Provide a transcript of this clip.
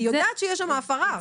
כי היא יודעת שיש שם הפרה.